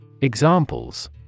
Examples